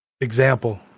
Example